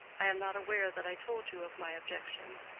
i am not aware that i told you of my objection,